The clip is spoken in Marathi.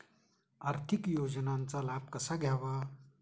आर्थिक योजनांचा लाभ कसा घ्यावा?